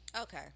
Okay